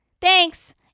Thanks